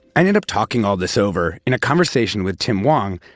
i ended up talking all this over in a conversation with tim hwang,